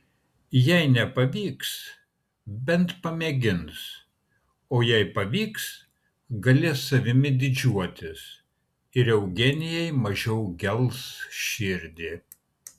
jei nepavyks bent pamėgins o jei pavyks galės savimi didžiuotis ir eugenijai mažiau gels širdį